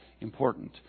important